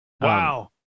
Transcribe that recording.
Wow